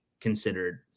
considered